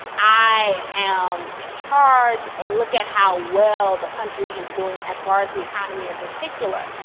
i am in charge. and look at how well the country is doing, as far as the economy in particular.